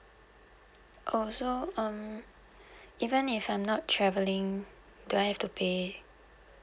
oh so um even if I'm not travelling do I have to pay